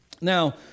Now